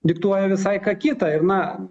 diktuoja visai ką kitą ir na